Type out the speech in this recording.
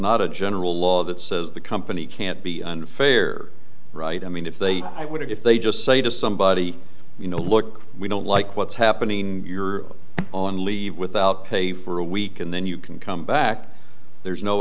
not a general law that says the company can't be unfair right i mean if they would if they just say to somebody you know look we don't like what's happening you're on leave without pay for a week and then you can come back there's no